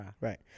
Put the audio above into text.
Right